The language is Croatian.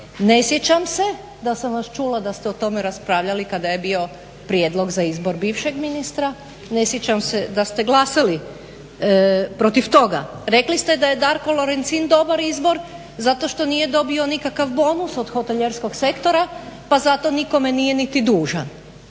Ne sjećam se da sam vas čula da ste o tome raspravljali kada je bio prijedlog za izbor bivšeg ministra, ne sjećam se da ste glasali protiv toga. Rekli ste da je Darko Lorencin dobar izbor zato što nije dobio nikakav bonus od hotelijerskog sektora, pa zato nikome nije niti dužan.